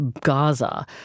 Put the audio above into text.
Gaza